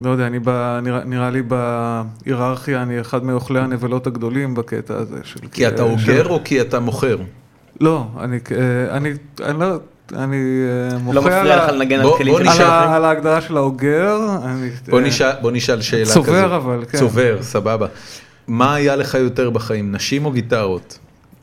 לא יודע, אני נראה לי בהיררכיה, אני אחד מאוכלי הנבלות הגדולים בקטע הזה של... כי אתה אוגר או כי אתה מוכר? לא, אני... לא מפריע לך לנגן על כלי כניסיון. על ההגדרה של האוגר, אני... בוא נשאל שאלה כזאת. צובר אבל, כן. צובר, סבבה. מה היה לך יותר בחיים, נשים או גיטרות?